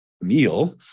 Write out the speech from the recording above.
meal